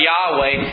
Yahweh